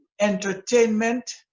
entertainment